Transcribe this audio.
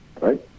right